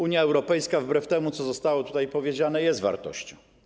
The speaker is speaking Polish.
Unia Europejska, wbrew temu, co zostało tutaj powiedziane, jest wartością.